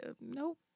Nope